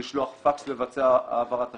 לשלוח פקס לבצע העברת תשלום,